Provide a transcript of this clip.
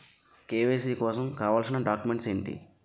KYC కోసం కావాల్సిన documents ఎంటి?